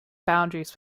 boundaries